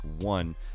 one